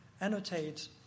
annotate